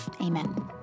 Amen